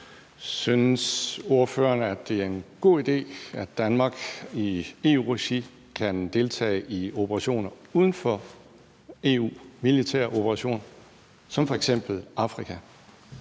Synes ordføreren, at det er en god idé, at Danmark i EU-regi kan deltage i militære operationer uden for EU som f.eks. i Afrika?